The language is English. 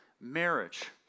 marriage